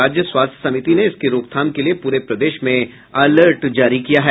राज्य स्वास्थ्य समिति ने इसके रोकथाम के लिये पूरे प्रदेश में अलर्ट जारी किया है